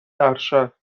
ارشد